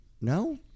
No